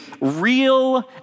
real